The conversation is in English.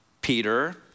Peter